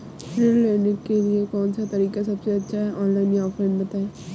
ऋण लेने के लिए कौन सा तरीका सबसे अच्छा है ऑनलाइन या ऑफलाइन बताएँ?